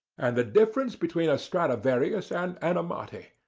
and the difference between a stradivarius and an amati.